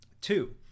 Two